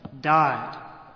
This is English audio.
died